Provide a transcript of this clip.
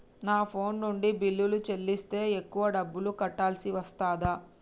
నా ఫోన్ నుండి బిల్లులు చెల్లిస్తే ఎక్కువ డబ్బులు కట్టాల్సి వస్తదా?